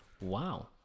wow